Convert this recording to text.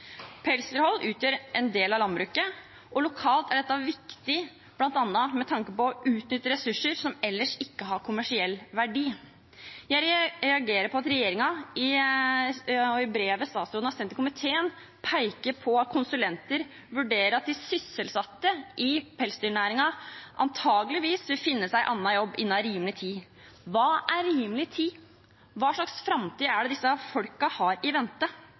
Pelsdyrhold utgjør en del av landbruket, og lokalt er dette viktig, bl.a. med tanke på å utnytte ressurser som ellers ikke har kommersiell verdi. Jeg reagerer på at regjeringen i brevet statsråden har sendt til komiteen, peker på at konsulenter vurderer at de sysselsatte i pelsdyrnæringen antakeligvis vil finne seg annen jobb innen rimelig tid. Hva er rimelig tid? Hva slags framtid er det disse folkene har i vente?